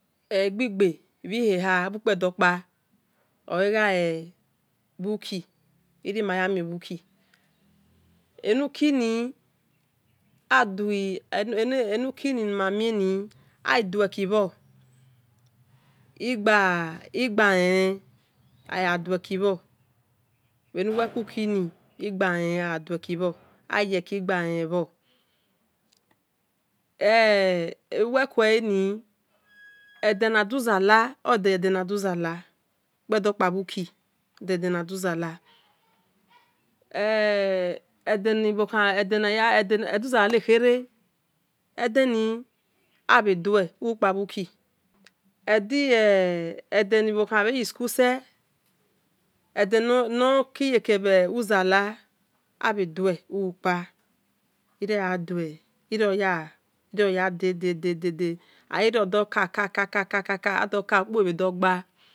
Igbi gbe bhi hie nar bh ukpedor kpa oleghai uki iri maya mior ohu ki enuki ni adui enuki ni nimu mien adue ki bhor igbe elene oladueki bhor bhe nuwa kuki ni igba lene bhor uwekueleni edena duzala koedor kpa bhu ki ode yedena duzala e eduzala nekhee edeni abhe due otukpa bhuki edi e ede ni bhouan bhe yi school se edenor ki yeke bhu zala abhe due bhu kpu irio oya dededede gha yino dor kaka ka adoka ukpo bhe der gba